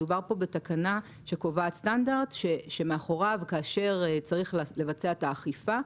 מדובר כאן בתקנה שקובעת סטנדרט שמאחוריו כאשר צריך לבצע את האכיפה,